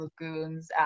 lagoons